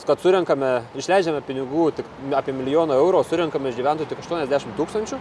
kad surenkame išleidžiame pinigų tik apie milijoną eurų o surenkame iš gyventojų tik aštuoniasdešimt tūkstančių